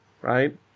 right